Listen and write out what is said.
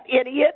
idiot